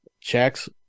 checks